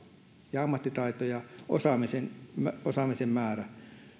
ja ammattitaitomme ja osaamisen osaamisen määrä